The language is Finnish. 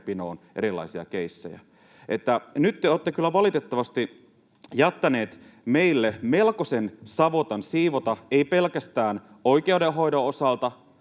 erilaisia keissejä. Eli nyt te olette kyllä valitettavasti jättäneet meille melkoisen savotan siivota, ei pelkästään oikeudenhoidon osalta